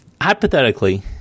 hypothetically